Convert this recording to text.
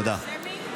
תודה.